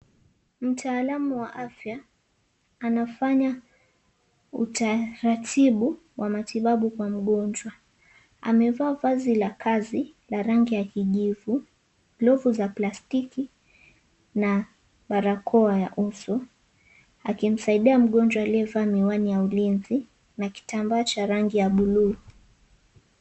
Mtaalamu wa afya, anafanya, utaratibu wa matibabu kwa mgonjwa. Amevaa vazi la kazi, la rangi ya kijivu, glovu za plastiki na barakoa ya uso. Akimsaidia mgonjwa aliyevaa miwani ya ulinzi na kitambaa cha rangi ya buluu.